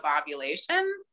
ovulation